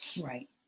Right